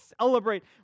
celebrate